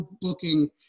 booking